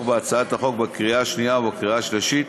בהצעת החוק בקריאה השנייה ובקריאה השלישית